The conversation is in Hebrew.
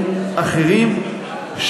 בין גדרה לחדרה,